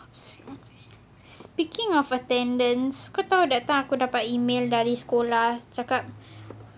sp~ speaking of attendance kau tahu aku that time dapat email dari sekolah cakap